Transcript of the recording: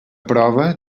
prova